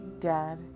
Dad